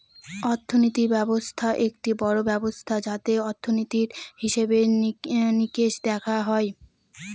অর্থনীতি ব্যবস্থা একটি বড়ো ব্যবস্থা যাতে অর্থনীতির, হিসেবে নিকেশ দেখা হয়